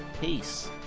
peace